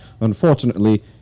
Unfortunately